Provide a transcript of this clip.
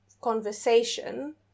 conversation